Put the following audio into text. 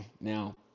Now